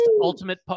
Ultimate